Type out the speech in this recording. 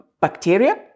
bacteria